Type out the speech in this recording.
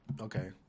Okay